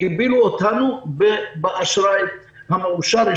הגבילו אותנו באשראי המאושר.